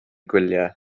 gwyliau